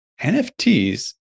NFTs